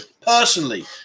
personally